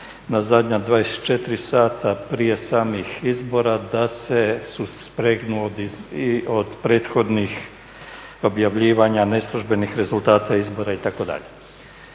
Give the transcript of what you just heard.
na zadnja 24 sata prije samih izbora da se suspregnu od prethodnih objavljivanja neslužbenih rezultata izbora itd.